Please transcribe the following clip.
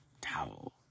towel